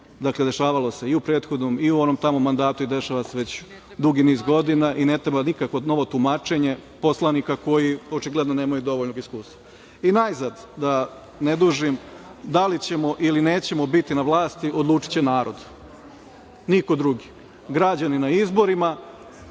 dešavalo se i u prethnodnom i u onom tamo mandatu, dešava se već dugi niz godina i ne treba nikakvo novo tumačenje poslanika koji očigledno nemaju dovoljno iskustva. Najzad, da ne dužim, da li ćemo ili nećemo biti na vlasti, odlučiće narod, niko drugi. Građani na izborima,